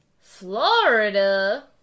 Florida